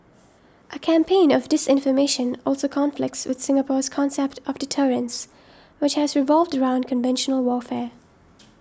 a campaign of disinformation also conflicts with Singapore's concept of deterrence which has revolved around conventional warfare